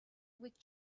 with